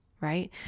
right